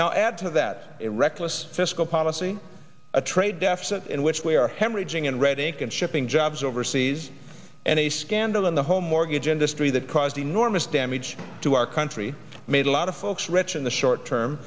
now add to that it reckless fiscal policy a trade deficit in which we are hemorrhaging in red ink and shipping jobs overseas and a scandal in the home mortgage industry that caused enormous damage to our country made a lot of folks rich in the short term